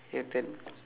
your turn